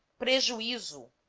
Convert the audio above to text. prejuizo